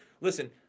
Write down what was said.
listen